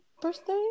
birthday